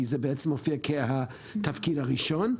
כי זה בעצם מופיע כתפקיד הראשון,